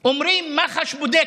אומרים: מח"ש בודקת.